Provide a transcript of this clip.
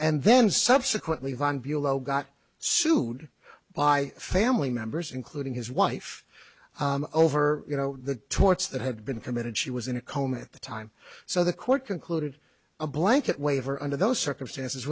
and then subsequently von bulow got sued by family members including his wife over you know the torts that had been committed she was in a coma at the time so the court concluded a blanket waiver under those circumstances